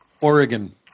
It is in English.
Oregon